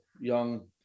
young